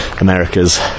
America's